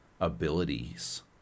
abilities